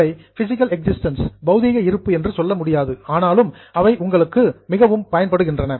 அவை physical existence பௌதீக இருப்பு என்று சொல்ல முடியாது ஆனாலும் அவை உங்களுக்கு மிகவும் பயன்படுகின்றன